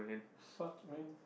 fuck man